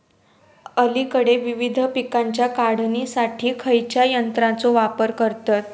अलीकडे विविध पीकांच्या काढणीसाठी खयाच्या यंत्राचो वापर करतत?